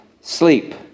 sleep